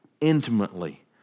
intimately